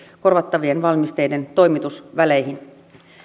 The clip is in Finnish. korvattavien valmisteiden toimitusväleihin